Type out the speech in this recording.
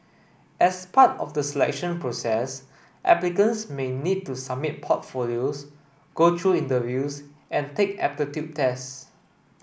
as part of the selection process applicants may need to submit portfolios go through interviews and take aptitude tests